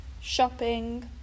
shopping